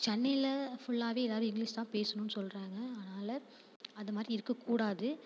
சென்னையில் ஃபுல்லாவே எல்லாரும் இங்கிலீஷ் தான் பேசணும்னு சொல்கிறாங்க அதனால் அதை மாதிரி இருக்கக்கூடாது